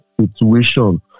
situation